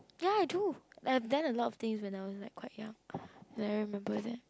ya I do I've done a lot of things when I was like quite young then I remember them